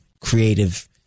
creative